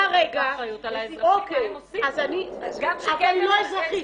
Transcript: אחריות על האזרחים --- אבל היא לא אזרחית.